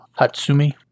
Hatsumi